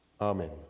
Amen